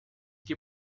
que